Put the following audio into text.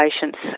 patients